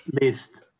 list